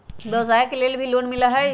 व्यवसाय के लेल भी लोन मिलहई?